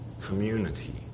community